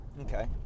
Okay